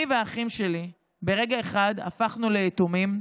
אני והאחים שלי ברגע אחד הפכנו ליתומים,